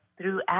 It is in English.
throughout